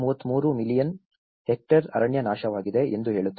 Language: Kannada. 33 ಮಿಲಿಯನ್ ಹೆಕ್ಟೇರ್ ಅರಣ್ಯನಾಶವಾಗಿದೆ ಎಂದು ಹೇಳುತ್ತದೆ